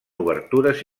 obertures